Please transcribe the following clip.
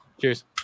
Cheers